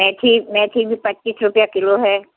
मैथी मैथी भी पच्चीस रुपया किलो है